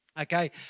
okay